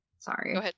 sorry